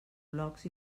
blocs